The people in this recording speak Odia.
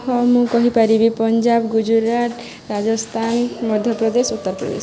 ହଁ ମୁଁ କହିପାରିବି ପଞ୍ଜାବ ଗୁଜୁରାଟ ରାଜସ୍ଥାନ ମଧ୍ୟପ୍ରଦେଶ ଉତ୍ତରପ୍ରଦେଶ